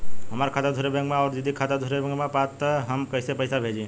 हमार खाता दूसरे बैंक में बा अउर दीदी का खाता दूसरे बैंक में बा तब हम कैसे पैसा भेजी?